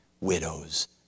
widows